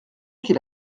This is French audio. qu’il